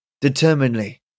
determinedly